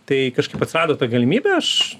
tai kažkaip atsirado ta galimybė aš